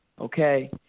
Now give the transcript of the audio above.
okay